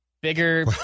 bigger